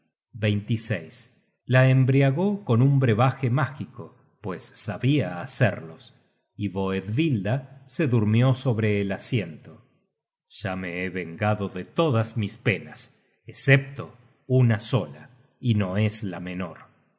tí la embriagó con un brevaje mágico pues sabia hacerlos y boethvilda se durmió sobre el asiento ya me he vengado de todas mis penas escepto una sola y no es la menor